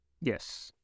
Yes